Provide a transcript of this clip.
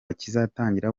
kizatangira